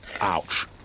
ouch